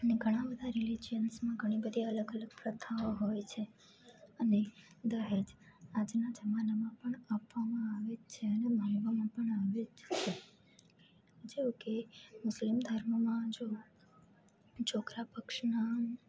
અને ઘણા બધા રિલીજીયન્સમાં ઘણી બધી અલગ અલગ પ્રથાઓ હોય છે અને દહેજ આજના જમાનામાં પણ આપવામાં આવેજ છે અને માંગવામાં પણ આવે જ છે જેવું કે મુસ્લિમ ધર્મમાં જો છોકરા પક્ષના